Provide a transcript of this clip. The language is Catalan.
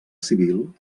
civil